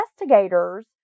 investigators